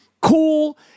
cool